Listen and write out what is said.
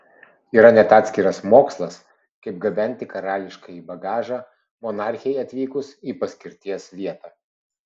yra net atskiras mokslas kaip gabenti karališkąjį bagažą monarchei atvykus į paskirties vietą